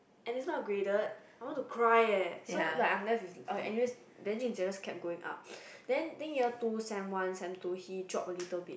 and it's not graded I want to cry eh so like I'm left with uh anyways then jun-jie just kept going up then think year two sem one sem two he drop a little bit